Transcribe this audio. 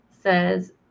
says